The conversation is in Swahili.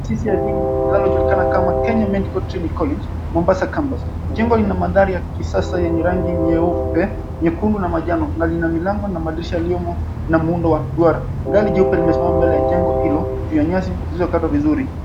Taasisi la elimu linalojulikana kama Kenya Medical Training College Mombasa Campus. Jengo lina ma𝑛dhari ya kisasa yenye rangi nyeupe, nyekundu na ma𝑛jano na lina milango na madirisha yaliyopo na muundo wa. Gari jeupe limesimama mbele ya jengo hilo juu ya nyasi zilizokatwa vizuri.